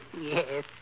Yes